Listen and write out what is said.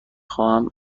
خواهم